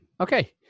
Okay